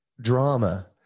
drama